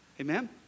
amen